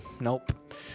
nope